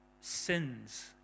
sins